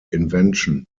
invention